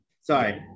Sorry